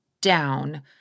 Down